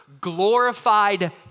glorified